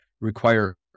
require